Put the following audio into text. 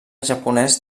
japonès